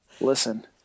Listen